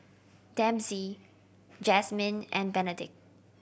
Dempsey Jazmin and Benedict